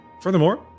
Furthermore